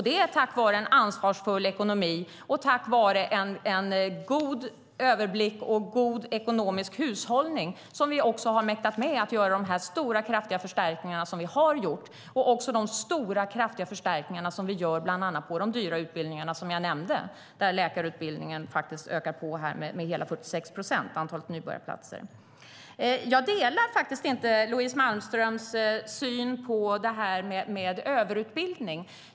Det är tack vare en ansvarsfull ekonomi och tack vare en god överblick och god ekonomisk hushållning som vi har mäktat med att göra dessa stora, kraftiga förstärkningar som vi har gjort och också de stora, kraftiga förstärkningar som vi gör bland annat på de dyra utbildningarna, som jag nämnde, där antalet nybörjarplatser på läkarutbildningen ökats med hela 76 procent. Jag delar inte Louise Malmströms syn på detta med överutbildning.